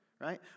Right